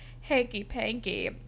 hanky-panky